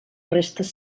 restes